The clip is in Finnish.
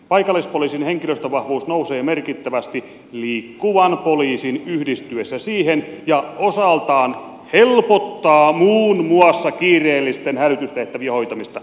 paikallispoliisin henkilöstövahvuus nousee merkittävästi liikkuvan poliisin yhdistyessä siihen ja osaltaan helpottaa muun muassa kiireellisten hälytystehtävien hoitamista